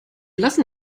lassen